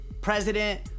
president